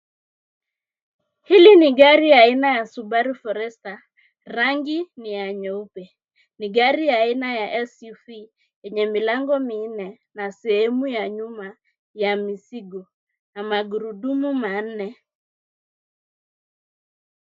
Hili ni gari ya aina ya Subaru Forester. Rangi ni ya nyeupe. Ni gari ya aina ya SUV yenye milango minne na sehemu ya nyuma ya mizigo na magurudumu manne.